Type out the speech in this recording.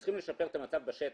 וצריך לשפר את המצב בשטח.